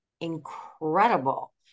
incredible